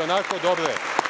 ionako dobre